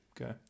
Okay